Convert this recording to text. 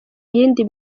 yindi